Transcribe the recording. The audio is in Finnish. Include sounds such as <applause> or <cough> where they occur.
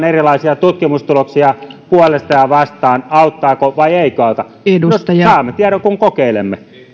<unintelligible> erilaisia tutkimustuloksia puolesta ja vastaan auttaako vai eikö auta no saamme tiedon kun kokeilemme